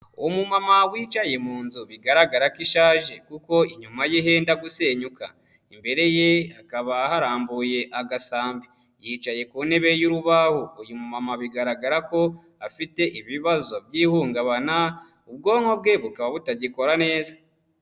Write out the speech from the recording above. Umumama wicaye mu nzu bigaragara ko ishaje kuko inyuma ye henda gusenyuka, imbere ye hakaba harambuye agasambi, yicaye ku ntebe y'urubaho, uyu mu mama bigaragara ko afite ibibazo by'ihungabana, ubwonko bwe bukaba butagikora neza.